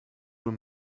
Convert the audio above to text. were